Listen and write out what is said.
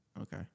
Okay